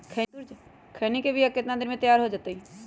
खैनी के बिया कितना दिन मे तैयार हो जताइए?